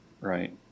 right